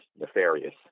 nefarious